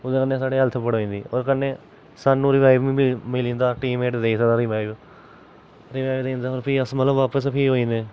ओह्दे कन्नै साढ़ी हैल्थ मुड़ी आई जंदी ओह्दे कन्नै सानू रिवाइवल बी मिल मिली जंदा टीम मेट देई सकदा रिवाइव रिवाइव देई फ्ही अस मतलब बापस फ्ही होई जन्ने